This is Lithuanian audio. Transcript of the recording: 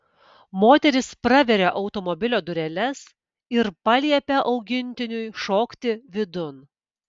moteris praveria automobilio dureles ir paliepia augintiniui šokti vidun